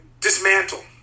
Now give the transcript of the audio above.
dismantle